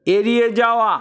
এড়িয়ে যাওয়া